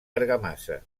argamassa